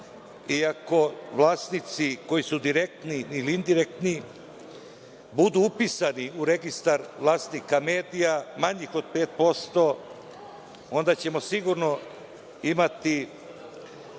ako vlasnici, koji su direktni ili indirektni, budu upisani u registar vlasnika medija, manjih od 5%, onda ćemo sigurno imati